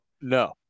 no